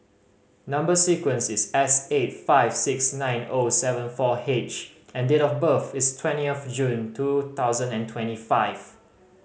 number sequence is S eight five six nine O seven four H and date of birth is twenty of June two thousand and twenty five